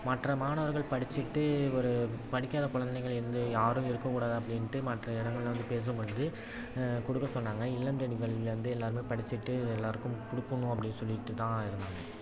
மற்ற மாணவர்கள் படிச்சுட்டு ஒரு படிக்காத குழந்தைங்கள் வந்து யாரும் இருக்கக்கூடாது அப்படின்ட்டு மற்ற இடங்களில் வந்து பேசும் பொழுது கொடுக்க சொன்னாங்க இல்லம் தேடி கல்வியில் வந்து எல்லாேருமே படிச்சுட்டு எல்லாேருக்கும் கொடுக்கணும் அப்படின்னு சொல்லிட்டு தான் இருந்தாங்க